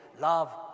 love